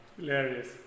Hilarious